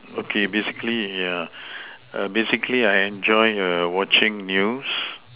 okay basically basically I enjoy watching news